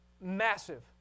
massive